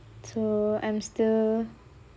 so I'm still